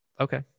okay